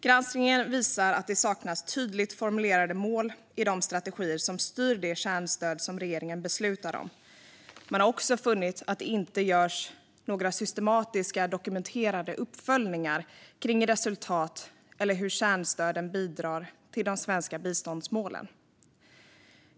Granskningen visar att det saknas tydligt formulerade mål i de strategier som styr det kärnstöd som regeringen beslutar om. Man har också funnit att det inte görs några systematiska, dokumenterade uppföljningar av resultat eller hur kärnstöden bidrar till de svenska biståndsmålen.